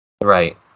Right